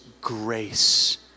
grace